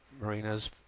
marinas